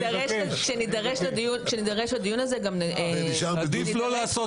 --- כשנידרש לדיון הזה נביע את